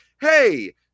hey